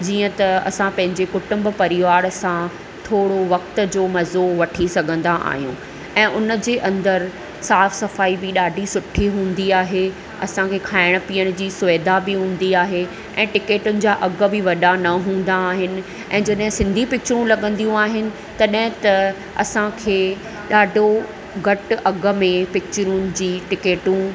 जीअं त असां पंहिंजे कुटुंब परिवार सां थोरो वक़्त जो मज़ो वठी सघंदा आहियूं ऐं उन जे अंदरु साफ़ सफ़ाई बि ॾाढी सुठी हूंदी आहे असांखे खाइण पीअण जी सुविधा बि हूंदी आहे ऐं टिकेटुनि जा अघ बि वॾा न हूंदा आहिनि ऐं जॾहिं सिंधी पिचरूं लॻंदियूं आहिनि तॾहिं त असांखे ॾाढो घटि अघ में पिचरुनि जूं टिकेटूं